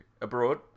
abroad